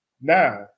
Now